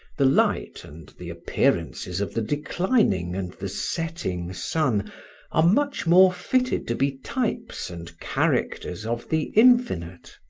the light and the appearances of the declining and the setting sun are much more fitted to be types and characters of the infinite.